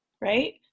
right